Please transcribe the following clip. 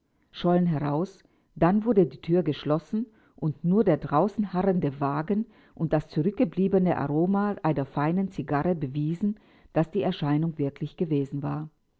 schollen heraus dann wurde die thür geschlossen und nur der draußen harrende wagen und das zurückgebliebene aroma einer feinen zigarre bewiesen daß die erscheinung wirklich gewesen war